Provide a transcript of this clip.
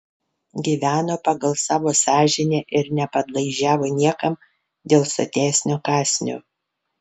gyveno pagal savo sąžinę ir nepadlaižiavo niekam dėl sotesnio kąsnio